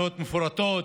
תוכניות מפורטות,